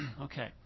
Okay